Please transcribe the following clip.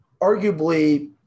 arguably –